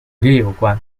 有关